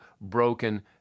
broken